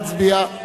נא להצביע.